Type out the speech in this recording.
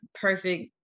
perfect